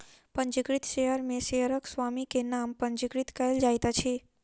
पंजीकृत शेयर में शेयरक स्वामी के नाम पंजीकृत कयल जाइत अछि